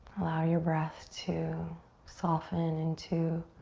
allow your breath to soften into